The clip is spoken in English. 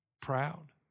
Proud